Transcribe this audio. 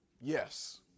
yes